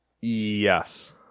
Yes